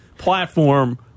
platform